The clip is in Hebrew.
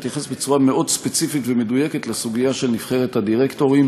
אתייחס בצורה ספציפית מאוד ומדויקת לסוגיה של נבחרת הדירקטורים